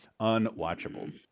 unwatchable